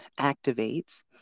activates